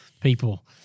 people